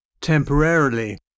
temporarily